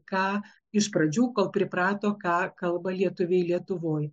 ką iš pradžių kol priprato ką kalba lietuviai lietuvoj